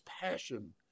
passion